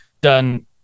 done